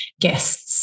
guests